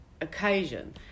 occasion